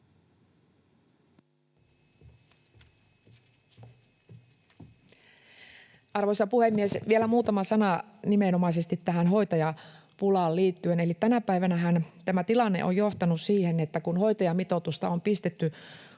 Arvoisa puhemies! Vielä muutama sana nimenomaisesti tähän hoitajapulaan liittyen. Eli tänä päivänähän tämä tilanne on johtanut siihen, että kun hoitajamitoitusta on pistetty